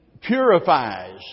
purifies